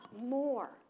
more